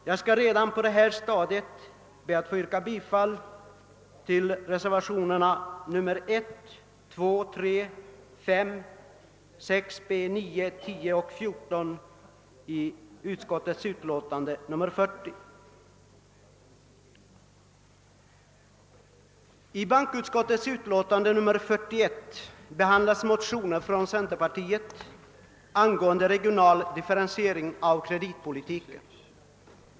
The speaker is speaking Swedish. Jag skall redan på detta stadium yrka bifall till reservationerna 1, 2, 3, 5, 6 b, 9, 10 och 14 vid bankoutskottets utlåtande nr 40. tiet rörande regional differentiering av kreditpolitiken.